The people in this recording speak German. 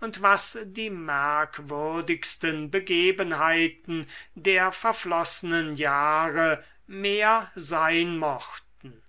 und was die merkwürdigsten begebenheiten der verflossenen jahre mehr sein mochten